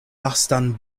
lastan